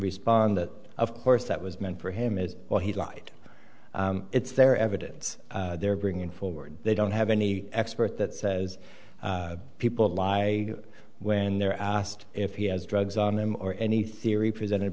respond that of course that was meant for him is well he lied it's their evidence they're bringing forward they don't have any expert that says people lie when they're asked if he has drugs on them or any theory presented